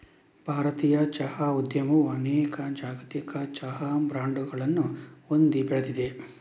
ಭಾರತೀಯ ಚಹಾ ಉದ್ಯಮವು ಅನೇಕ ಜಾಗತಿಕ ಚಹಾ ಬ್ರಾಂಡುಗಳನ್ನು ಹೊಂದಿ ಬೆಳೆದಿದೆ